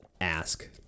ask